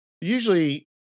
usually